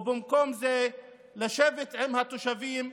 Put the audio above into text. ובמקום זה לשבת עם התושבים,